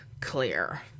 clear